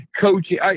coaching